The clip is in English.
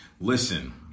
Listen